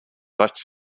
but